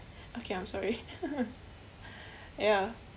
okay I'm sorry ya